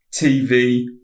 TV